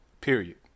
period